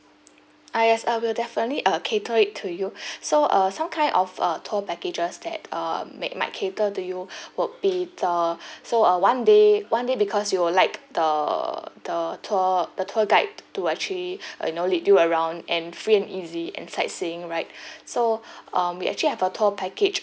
ah yes will definitely uh cater it to you so uh some kind of uh tour packages that um may might cater to you would be the so uh one day one day because you will like the the tour the tour guide to actually you know lead you around and free and easy and sightseeing right so um we actually have a tour package